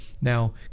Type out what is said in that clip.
Now